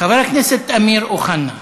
חבר הכנסת אמיר אוחנה,